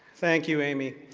thank you, amy.